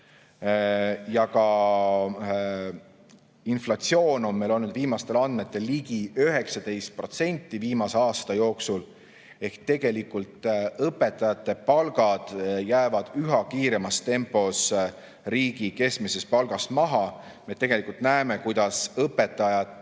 Ka inflatsioon on meil olnud viimastel andmetel ligi 19% viimase aasta jooksul. Ehk tegelikult õpetajate palgad jäävad üha kiiremas tempos riigi keskmisest palgast maha. Me näeme, kuidas õpetajate,